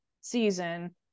season